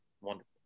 wonderful